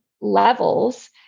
levels